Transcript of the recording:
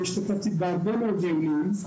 אני השתתפתי בהרבה מאוד דיונים.